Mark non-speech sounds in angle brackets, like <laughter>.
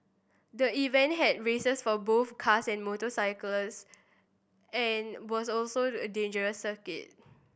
the event had races for both cars and motorcycles and was also <unintelligible> dangerous circuit